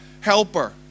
helper